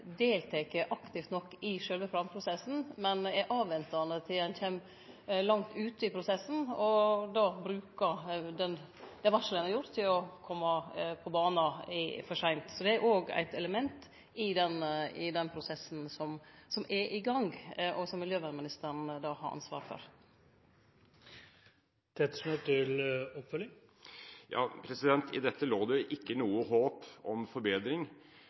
aktivt nok i sjølve planprosessen, men er avventande til ein kjem langt ut i prosessen, og då brukar det varselet ein har kome med, til å kome på bana for seint. Det er òg eit element i den prosessen som er i gang, og som miljøvernministeren har ansvaret for. I dette lå det ikke noe håp om